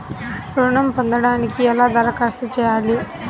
ఋణం పొందటానికి ఎలా దరఖాస్తు చేయాలి?